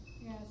Yes